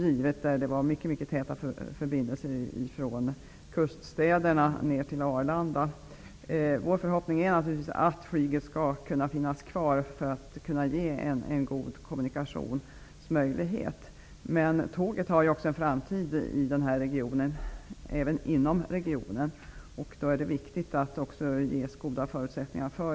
Det var ju tidigare mycket mycket täta förbindelser från kuststäderna ner till Arlanda. Vår förhoppning är naturligtvis att flyget skall kunna finnas kvar och utgöra en god kommunikationsmöjlighet. Men tåget har också en framtid i den här regionen, även inom regionen. Då är det viktigt att tåget också ges goda förutsättningar.